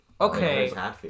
Okay